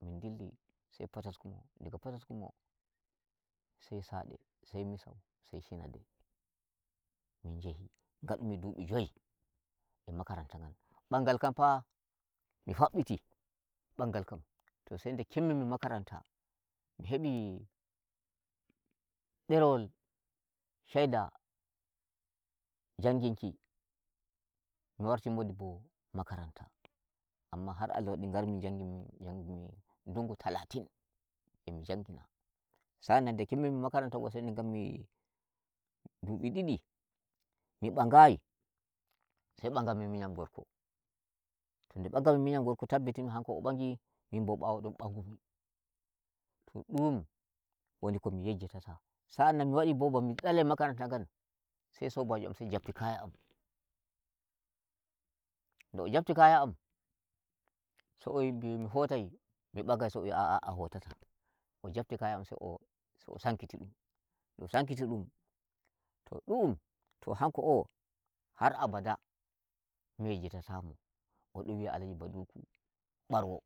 Min ndilli sai potiskum, diga potiskum bo sai sade, sai misau, sai shinade. Min njahi ngan mi dubi joyi e makaranta. Mɓangal kam fa mi fabbiti bangal kam, sai nde kimmin mi makaranta mi heɓi derewol shaida njangin ki mi warti modibbo makaranta. Amma har Allah wadi ngarmi njangu mi njangu mi dungu talatin e'mi njangina. San nan nde kimmin mi makaranta bo sai nde ngan mi dubi didi mi mɓagayi, sai mɓagan mi minƴam gorko. to nde ɓagan mi minyam gorko tabbitinin mi hanko o ɓangi min bo ɓawo don ɓangumi. To ɗum woni ko mi yejjitata, sa'an nan mi wadi bo ba mi dalai makaranta ngam, sai sobajo am sai jabti kaya am, nde o jabti kaya ama sai o wi mbimi mi hotai mi nɓagai, sai mo wi a'a a hotata o jabti kaya am sai o sankiti dum, nde o sankiti ndum to ɗum to hanko o har abada mi yejjitata mo. O ɗon wi'a alaji baduku barwo,